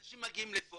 אנשים מגיעים לפה